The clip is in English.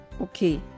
okay